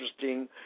interesting